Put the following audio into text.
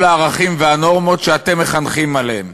הערכים והנורמות שאתם מחנכים עליהם.